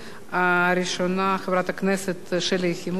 הראשונה, חברת הכנסת שלי יחימוביץ.